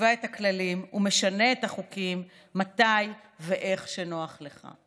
קובע את הכללים ומשנה את החוקים מתי ואיך שנוח לך.